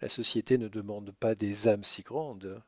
la société ne demande pas des âmes si grandes